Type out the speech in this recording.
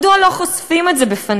מדוע לא חושפים את זה בפנינו?